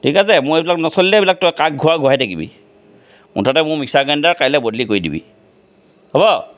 ঠিক আছে মোৰ এইবিলাক নচলিলে তই এইবিলাক কাক ঘূৰাৱ ঘূৰাই থাকিবি মুঠতে মোৰ মিক্সাৰ গ্ৰাইণ্ডাৰ কাইলৈ বদলি কৰি দিবি হ'ব